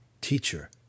Teacher